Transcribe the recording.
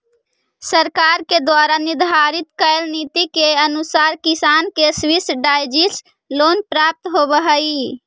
सरकार के द्वारा निर्धारित कैल नीति के अनुसार किसान के सब्सिडाइज्ड लोन प्राप्त होवऽ हइ